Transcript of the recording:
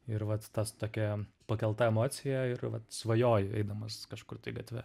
ir vat tas tokia pakelta emocija ir vat svajoji eidamas kažkur tai gatve